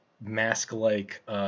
mask-like